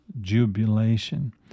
jubilation